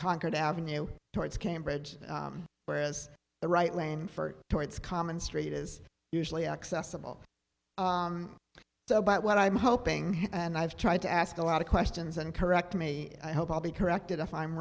concord avenue towards cambridge where is the right lane for towards common street is usually accessible so what i'm hoping and i've tried to ask a lot of questions and correct me i hope i'll be corrected if i'm